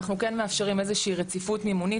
אנחנו כן מאפשרים איזושהי רציפות מימונית